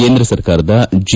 ಕೇಂದ್ರ ಸರ್ಕಾರದ ಜಿ